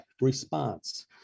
response